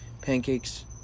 pancakes